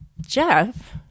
Jeff